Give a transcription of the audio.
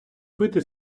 пити